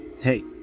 hey